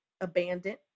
abandoned